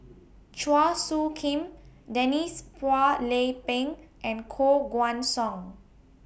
Chua Soo Khim Denise Phua Lay Peng and Koh Guan Song